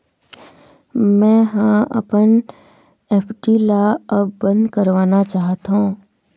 मै ह अपन एफ.डी ला अब बंद करवाना चाहथों